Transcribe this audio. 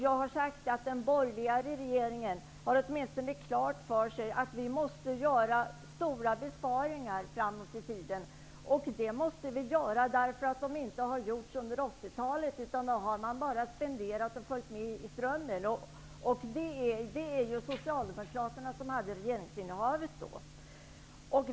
Jag har sagt att den borgerliga regeringen åtminstone har klart för sig att vi måsta göra stora besparingar framöver. Det måste vi göra för att de inte har gjorts under 80-talet, då man bara spenderat och följt med strömmen. Det var Socialdemokraterna som stod för regeringsinnehavet då.